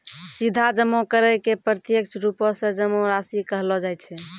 सीधा जमा करै के प्रत्यक्ष रुपो से जमा राशि कहलो जाय छै